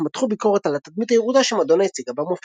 אך מתחו ביקורת על התדמית הירודה שמדונה הציגה במופע.